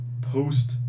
post